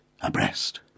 abreast